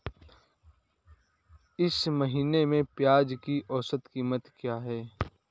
इस महीने में प्याज की औसत कीमत क्या है?